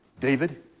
David